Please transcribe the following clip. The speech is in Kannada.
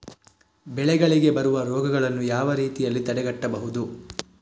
ಬೆಳೆಗಳಿಗೆ ಬರುವ ರೋಗಗಳನ್ನು ಯಾವ ರೀತಿಯಲ್ಲಿ ತಡೆಗಟ್ಟಬಹುದು?